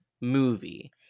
movie